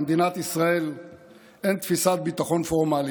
למדינת ישראל אין תפיסת ביטחון פורמלית.